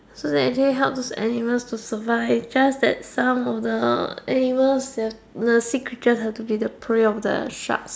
so they actually help those animals to survive just that some of the animals the the sea creatures have to be the prey of the sharks